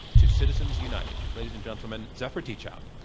to citizens united. ladies and gentlemen, zephyr teachout.